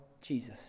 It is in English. Jesus